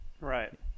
Right